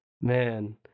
Man